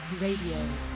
Radio